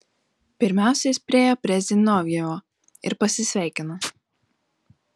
pirmiausia jis priėjo prie zinovjevo ir pasisveikino